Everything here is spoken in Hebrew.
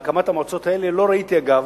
אגב,